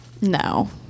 No